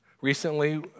Recently